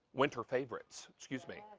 winter favorites. excuse me.